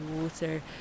Water